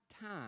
time